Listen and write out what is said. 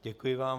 Děkuji vám.